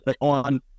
on